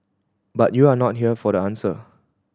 but you're not here for the answer